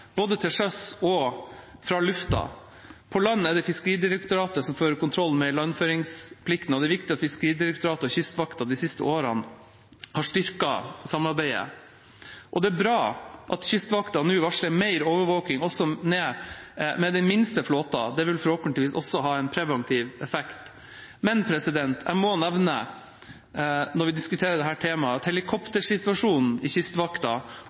både til sjøs og fra lufta. På land er det Fiskeridirektoratet som fører kontroll med ilandføringsplikten. Det er viktig at Fiskeridirektoratet og Kystvakta de siste årene har styrket samarbeidet, og det er bra at Kystvakta nå varsler mer overvåking også av den minste flåten. Det vil forhåpentligvis ha en preventiv effekt. Jeg må nevne – når vi diskuterer dette temaet – at helikoptersituasjonen i Kystvakta